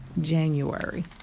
January